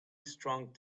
strong